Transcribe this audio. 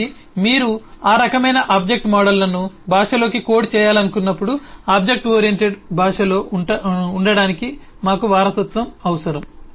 కాబట్టి మీరు ఆ రకమైన ఆబ్జెక్ట్ మోడళ్లను భాషలోకి కోడ్ చేయాలనుకున్నప్పుడు ఆబ్జెక్ట్ ఓరియెంటెడ్ భాషలో ఉండటానికి మాకు వారసత్వం అవసరం